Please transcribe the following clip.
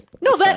No